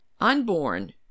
unborn